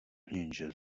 jenže